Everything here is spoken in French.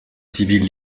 civile